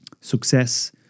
success